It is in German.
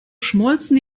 schmolzen